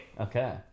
Okay